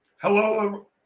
Hello